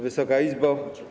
Wysoka Izbo!